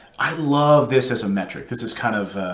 i love this as a metric. this is kind of